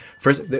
first